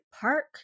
Park